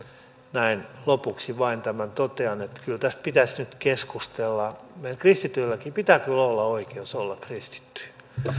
näin lopuksi vain tämän totean että kyllä tästä pitäisi nyt keskustella meillä kristityilläkin pitää kyllä olla oikeus olla kristitty